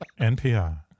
NPR